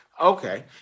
okay